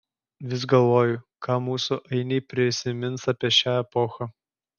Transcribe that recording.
vis galvoju ką mūsų ainiai prisimins apie šią epochą